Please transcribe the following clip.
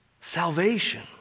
salvation